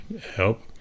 help